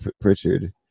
Pritchard